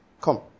Come